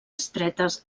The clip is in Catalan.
estretes